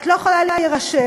את לא יכולה להירשם.